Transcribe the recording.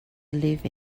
live